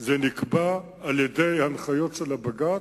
זה נקבע על-ידי הנחיות של הבג"ץ,